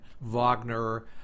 Wagner